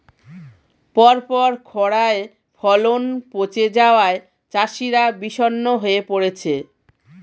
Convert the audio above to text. পরপর খড়ায় ফলন পচে যাওয়ায় চাষিরা বিষণ্ণ হয়ে পরেছে